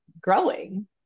growing